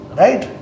right